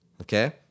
Okay